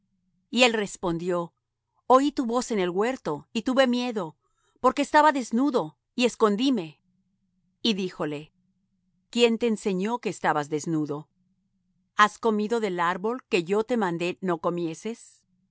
y él respondió oí tu voz en el huerto y tuve miedo porque estaba desnudo y escondíme y díjole quién te enseñó que estabas desnudo has comido del árbol de que yo te mandé no comieses